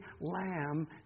lamb